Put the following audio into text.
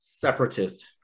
separatist